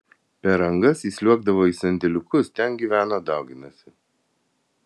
per angas įsliuogdavo į sandėliukus ten gyveno dauginosi